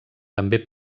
també